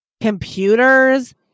computers